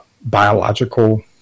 biological